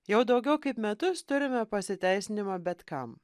jau daugiau kaip metus turime pasiteisinimą bet kam